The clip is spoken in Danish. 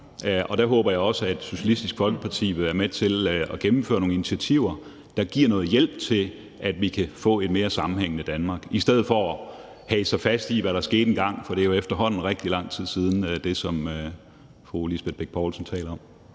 Og der håber jeg også, at Socialistisk Folkeparti vil være med til at gennemføre nogle initiativer, der giver noget hjælp til, at vi kan få et mere sammenhængende Danmark – i stedet for at hage sig fast i, hvad der skete engang, for det, som fru Lisbeth Bech-Nielsen taler om,